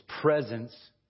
presence